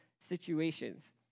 situations